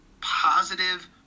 positive